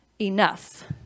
enough